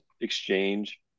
exchange